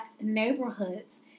neighborhoods